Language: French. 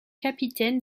capitaine